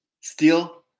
steel